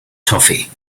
toffee